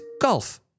golf